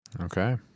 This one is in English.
Okay